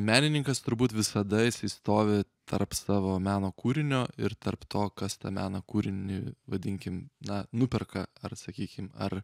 menininkas turbūt visada jisai stovi tarp savo meno kūrinio ir tarp to kas tą meno kūrinį vadinkim na nuperka ar sakykim ar